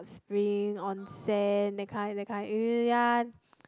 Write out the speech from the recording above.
spring onsen that kind that kind uh ya